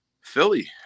Philly